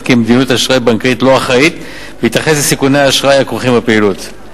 כמדיניות אשראי בנקאית לא-אחראית בהתייחס לסיכוני האשראי הכרוכים בפעילות.